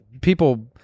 people